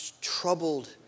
troubled